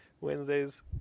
Wednesdays